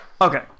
Okay